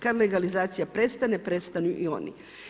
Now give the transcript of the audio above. Kada legalizacija prestane prestanu i oni.